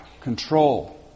Control